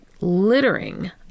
littering